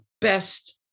best